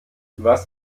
was